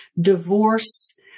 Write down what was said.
Divorce